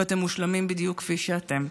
ואתם מושלמים בדיוק כפי שאתם.